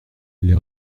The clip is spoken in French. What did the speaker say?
les